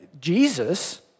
Jesus